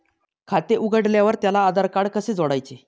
खाते उघडल्यावर त्याला आधारकार्ड कसे जोडायचे?